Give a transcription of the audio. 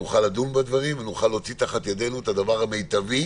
שנוכל לדון בדברים ונוכל להוציא תחת ידינו את הדבר המיטבי,